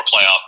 playoff